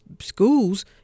schools